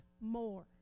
more